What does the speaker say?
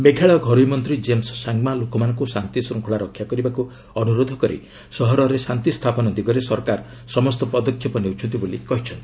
ମେଘାଳୟ ଘରୋଇ ମନ୍ତ୍ରୀ ଜେମ୍ସ ସାଙ୍ଗ୍ମା ଲୋକମାନଙ୍କୁ ଶାନ୍ତିଶୃଙ୍ଖଳା ରକ୍ଷା କରିବାକୁ ଅନୁରୋଧ କରି ସହରରେ ଶାନ୍ତି ସ୍ଥାପନ ଦିଗରେ ସରକାର ସମସ୍ତ ପଦକ୍ଷେପ ନେଉଛନ୍ତି ବୋଲି କହିଛନ୍ତି